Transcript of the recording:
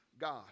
God